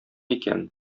икән